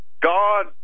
God